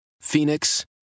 Phoenix